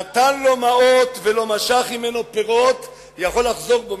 נתן לו מעות ולא משך הימנו פירות, יכול לחזור בו.